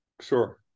Sure